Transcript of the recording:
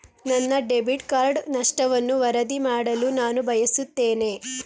ನನ್ನ debit card ನಷ್ಟವನ್ನು ವರದಿ ಮಾಡಲು ನಾನು ಬಯಸುತ್ತೇನೆ